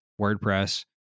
wordpress